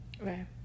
right